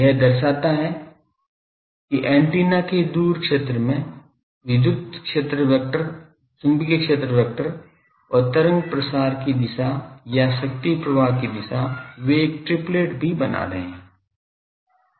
यह दर्शाता है कि ऐन्टेना के दूर क्षेत्र में विद्युत क्षेत्र वेक्टर चुंबकीय क्षेत्र वेक्टर और तरंग प्रसार की दिशा या शक्ति प्रवाह की दिशा वे एक ट्रिप्लेट भी बना रहे हैं